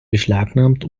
beschlagnahmt